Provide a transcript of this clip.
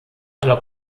aller